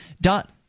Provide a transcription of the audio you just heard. dot